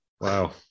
Wow